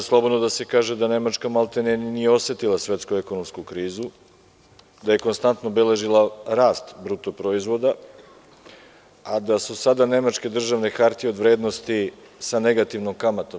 Može slobodno da se kaže da Nemačka maltene nije ni osetila svetsku ekonomsku krizu, da je konstantno beležila rast bruto proizvoda, a da su sada nemačke državne hartije od vrednosti sa negativnom kamatom.